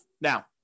Now